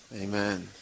Amen